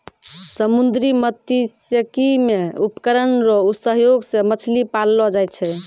समुन्द्री मत्स्यिकी मे उपकरण रो सहयोग से मछली पाललो जाय छै